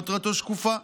מטרתו שקופה: